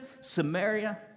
samaria